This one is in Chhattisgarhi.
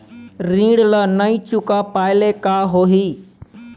ऋण ला नई चुका पाय ले का होही?